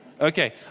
Okay